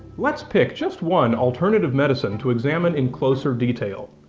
let's pick just one alternative medicine to examine in closer detail.